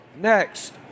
Next